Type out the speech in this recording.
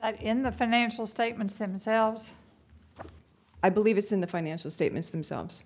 it in the financial statements themselves i believe it's in the financial statements themselves